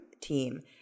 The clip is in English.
team